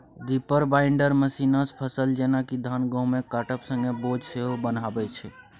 reaper binder मशीनसँ फसल जेना कि धान गहुँमकेँ काटब संगे बोझ सेहो बन्हाबै छै